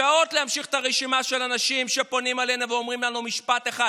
שעות להמשיך את הרשימה של האנשים שפונים אלינו ואומרים לנו משפט אחד: